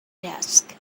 desk